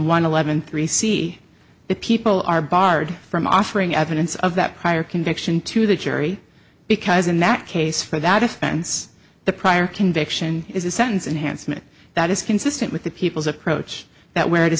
one eleven three see that people are barred from offering evidence of that prior conviction to the jury because in that case for that offense the prior conviction is a sentence enhanced and that is consistent with the people's approach that where it is